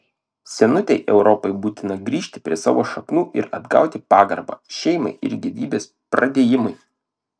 senutei europai būtina grįžti prie savo šaknų ir atgauti pagarbą šeimai ir gyvybės pradėjimui